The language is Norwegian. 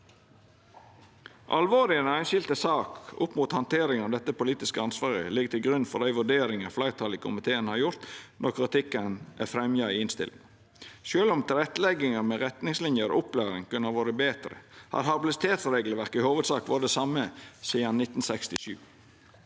Alvoret i den einskilde sak opp mot handteringa av dette politiske ansvaret ligg til grunn for dei vurderingane fleirtalet i komiteen har gjort når kritikken er fremja i innstillinga. Sjølv om tilrettelegginga med retningsliner og opplæring kunne ha vore betre, har habilitetsregelverket i hovudsak vore det same sidan 1967.